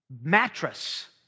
mattress